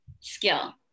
skill